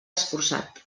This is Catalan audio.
esforçat